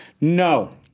No